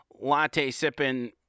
latte-sipping